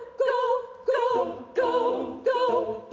go, go go, go,